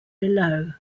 below